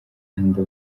nkunda